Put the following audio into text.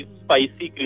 spicy